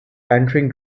entering